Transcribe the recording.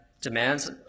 demands